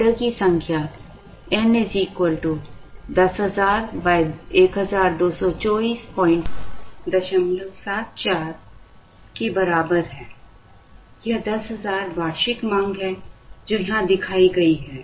order की संख्या N 10000 122474 के बराबर है यह 10000 वार्षिक मांग है जो यहां दिखाई गई है